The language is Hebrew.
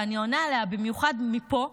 ואני עונה עליה במיוחד מפה,